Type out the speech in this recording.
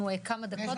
אני מסכימה איתך.